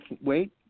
Wait